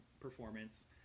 performance